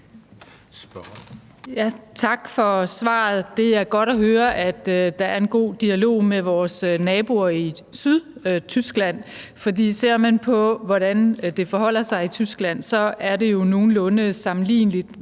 Tak for svaret. Det er godt at høre, at der er en god dialog med vores naboer i syd, Tyskland, for ser man på, hvordan det forholder sig i Tyskland, er det jo nogenlunde sammenligneligt